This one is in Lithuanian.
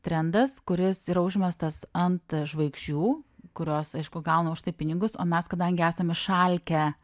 trendas kuris yra užmestas ant žvaigždžių kurios aišku gauna už tai pinigus o mes kadangi esam išalkę